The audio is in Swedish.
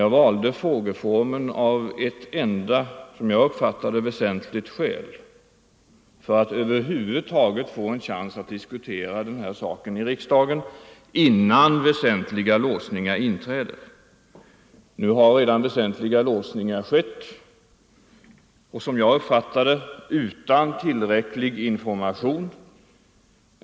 Jag valde frågeformen av ett enda skäl som jag uppfattar som väsentligt, nämligen för att få en chans att diskutera dessa spörsmål i riksdagen innan väsentliga låsningar inträder. Nu har redan väsentliga låsningar skett, som jag uppfattar det utan tillräcklig information.